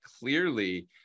clearly